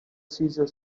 cesar